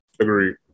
Agreed